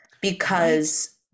because-